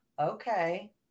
Okay